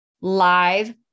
live